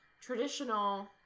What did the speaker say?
traditional